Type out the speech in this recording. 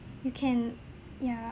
you can ya